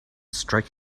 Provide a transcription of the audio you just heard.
strike